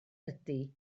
ydy